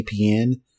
VPN